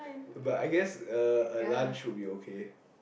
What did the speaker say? but I guess uh a lunch would be okay